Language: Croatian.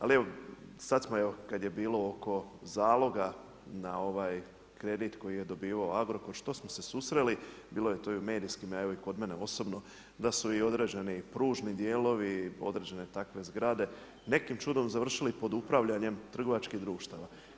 Ali evo sad smo evo kad je bilo oko zaloga na ovaj kredit koje je dobivao Agrokor što smo se susreli, bilo je to i u medijskim, evo i kod mene osobno da su i određeni pružni dijelovi, određene takve zgrade nekim čudom završili pod upravljanjem trgovačkih društava.